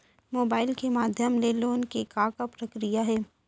Mobile के माधयम ले लोन के का प्रक्रिया हे?